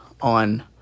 on